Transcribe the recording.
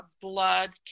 blood